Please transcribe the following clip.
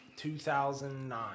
2009